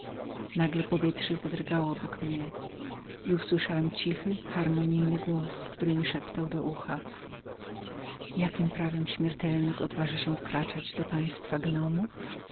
nagle powietrze wzruszyło się obok mnie i usłyszałem cichy harmonijny głos który mi szeptał do ucha jakiem prawem śmiertelnik odważa się wkraczać do państwa gnomów